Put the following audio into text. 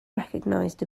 recognized